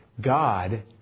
God